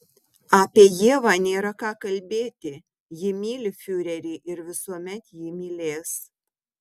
apie ievą nėra ką kalbėti ji myli fiurerį ir visuomet jį mylės